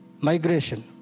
Migration